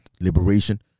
liberation